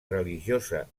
religiosa